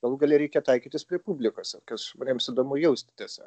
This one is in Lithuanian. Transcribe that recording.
galų gale reikia taikytis prie publikos kas žmonėms įdomu jausti tiesiog